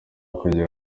kugira